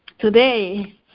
today